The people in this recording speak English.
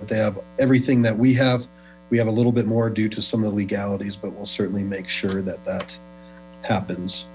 that they have everything that we have we have a little bit more due to some of the legalities but we'll certainly make sure that that happens